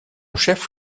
chef